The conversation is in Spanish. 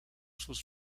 sus